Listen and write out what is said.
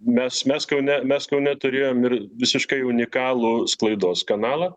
mes mes kaune mes kaune turėjom ir visiškai unikalų sklaidos kanalą